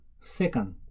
Second